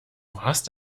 warst